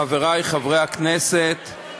חברי חברי הכנסת,